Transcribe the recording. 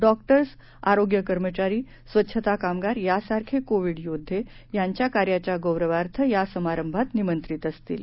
doctors आरोग्य कर्मचारी स्वच्छता कामगार यांसारखे कोविड योद्धे त्यांच्या कार्याच्या गौरवार्थ या समारंभात निमंत्रित असतील